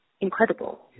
incredible